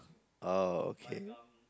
oh okay